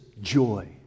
joy